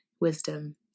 wisdom